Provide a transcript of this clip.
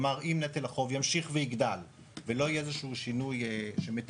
כלומר אם נטל החוב ימשיך ויגדל ולא יהיה שינוי שמיטיב,